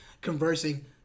conversing